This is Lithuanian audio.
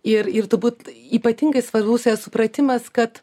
ir ir turbūt ypatingai svarbus yra supratimas kad